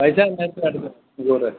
പൈസ അയച്ചിയിരുന്നു ഗൂഗിൾ പേ